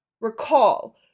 Recall